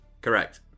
Correct